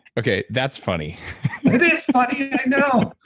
okay. that's funny it is funny, i know.